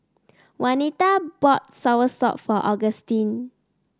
Wanita bought soursop for Augustine